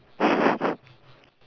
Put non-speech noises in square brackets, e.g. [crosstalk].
[breath]